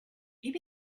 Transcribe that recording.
you